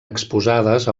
exposades